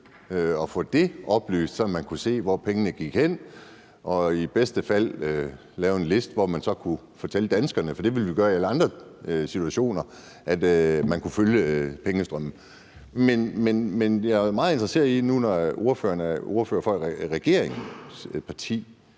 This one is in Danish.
at få det oplyst, sådan at man kunne se, hvor pengene gik hen, og i bedste fald lave en liste, som gør, at man så kunne fortælle danskerne, for det ville vi gøre i alle andre situationer, at man kunne følge pengestrømmen. Men jeg er meget interesseret i at høre, nu ordføreren er ordfører for et regeringsparti,